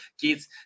kids